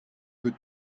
good